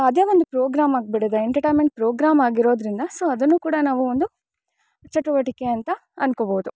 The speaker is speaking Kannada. ಅದೇ ಒಂದು ಪ್ರೋಗ್ರಾಮ್ ಆಗ್ಬಿಟಿದೆ ಎಂಟಟೈನ್ಮೆಂಟ್ ಪ್ರೋಗ್ರಾಮ್ ಆಗಿರೋದರಿಂದ ಸೊ ಅದನ್ನು ಕೂಡ ನಾವು ಒಂದು ಚಟುವಟಿಕೆ ಅಂತ ಅನ್ಕೋಬೌದು